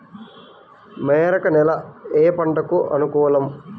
మెరక నేల ఏ పంటకు అనుకూలం?